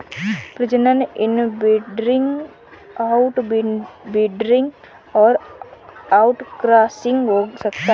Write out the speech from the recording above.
प्रजनन inbreeding, outbreeding और outcrossing हो सकता है